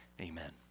amen